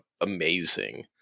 amazing